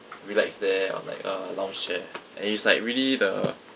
relax there on like a lounge chair and it's like really the